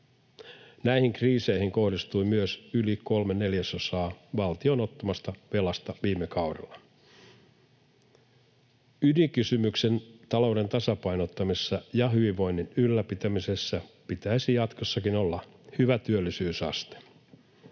Näihin kriiseihin kohdistui myös yli kolme neljäsosaa valtion ottamasta velasta viime kaudella. Ydinkysymyksen talouden tasapainottamisessa ja hyvinvoinnin ylläpitämisessä pitäisi jatkossakin olla hyvä työllisyysaste.